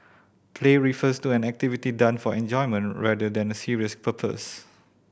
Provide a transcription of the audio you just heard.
play refers to an activity done for enjoyment rather than a serious purpose